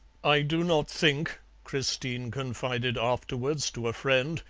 i do not think christine confided afterwards to a friend,